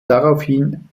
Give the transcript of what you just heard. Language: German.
daraufhin